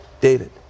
David